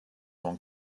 one